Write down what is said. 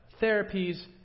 therapies